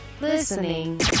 listening